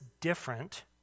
different